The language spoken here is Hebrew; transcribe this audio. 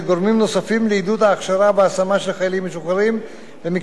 לעידוד ההכשרה וההשמה של חיילים משוחררים במקצועות הטכנולוגיה,